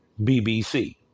BBC